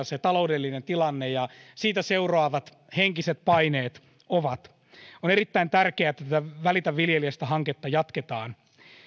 se taloudellinen tilanne ja siitä seuraavat henkiset paineet ovat on erittäin tärkeää että tätä välitä viljelijästä hanketta jatketaan